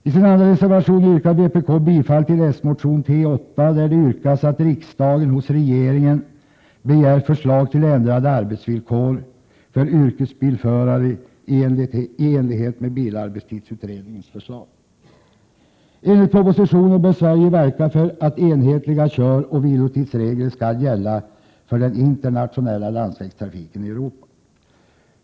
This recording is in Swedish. I reservation 2 yrkar vpk bifall till s-:motionen T8, i vilken det yrkas att riksdagen hos regeringen begär förslag till ändrade arbetsvillkor för yrkesbilförare i enlighet med bilarbetstidsutredningens förslag. Enligt propositionen bör Sverige verka för att enhetliga köroch vilotidsregler skall gälla för den internationella landsvägstrafiken i Europa.